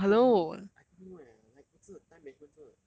都过一半 I don't know eh like 我真的 time management 真的